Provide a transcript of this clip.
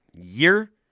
year